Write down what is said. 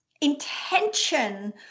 intention